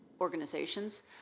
organizations